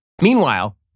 Meanwhile